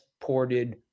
ported